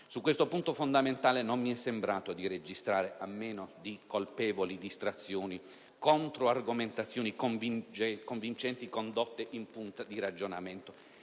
Su questo punto fondamentale non mi è sembrato di registrare, a meno di colpevoli distrazioni, controargomentazioni convincenti condotte in punta di ragionamento;